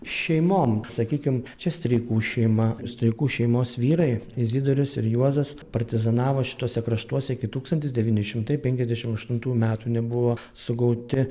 šeimom sakykim čia streikų šeima stoikų šeimos vyrai izidorius ir juozas partizanavo šituose kraštuose iki tūkstantis devyni šimtai penkiasdešim aštuntų metų nebuvo sugauti